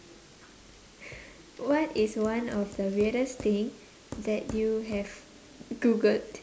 what is one of the weirdest thing that you have googled